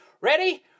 Ready